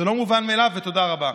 זה לא מובן מאליו ותודה רבה.